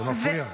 זה מפריע.